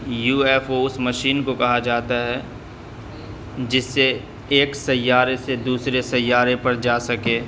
you F O اس مشین کو کہا جاتا ہے جس سے ایک سیارے سے دوسرے سیارے پر جا سکے